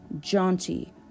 jaunty